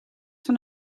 van